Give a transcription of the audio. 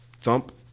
thump